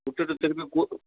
விட்டுட்டு திரும்பி கூ